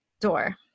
door